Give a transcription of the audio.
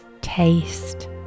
taste